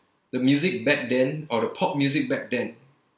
the music back then or the pop music back then